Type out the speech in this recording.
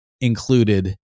included